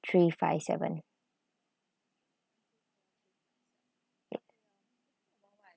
three five seven